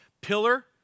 pillar